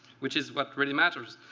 which is what really matters.